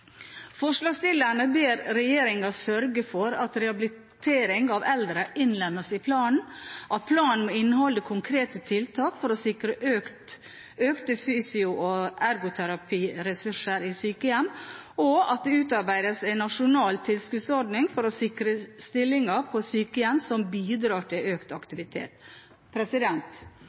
Forslagsstillerne ber regjeringen sørge for at rehabilitering av eldre innlemmes i planen, at planen må inneholde konkrete tiltak for å sikre økte fysioterapi- og ergoterapiressurser i sykehjem, og at det utarbeides en nasjonal tilskuddsordning for å sikre stillinger på sykehjem som bidrar til økt aktivitet.